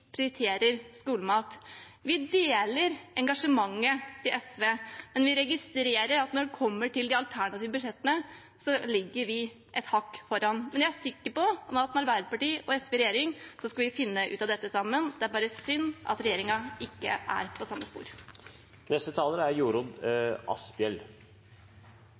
deler engasjementet til SV, men vi registrerer at når det gjelder de alternative budsjettene, ligger vi et hakk foran. Men jeg er sikker på at med Arbeiderpartiet og SV i regjering skal vi finne ut av dette sammen. Det er bare synd at regjeringen ikke er på samme spor. Jeg hører regjeringspartiene si at det er